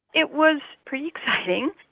it was pretty exciting.